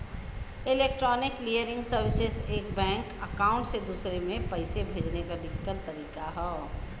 electronic clearing services एक bank account से दूसरे में पैसे भेजने का डिजिटल तरीका है